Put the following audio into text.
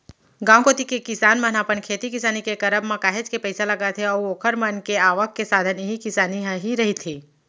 गांव कोती के किसान मन ह अपन खेती किसानी के करब म काहेच के पइसा लगाथे अऊ ओखर मन के आवक के साधन इही किसानी ह ही रहिथे